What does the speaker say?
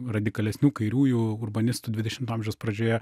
radikalesnių kairiųjų urbanistų dvidešimto amžiaus pradžioje